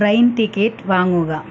train ticket വാങ്ങുക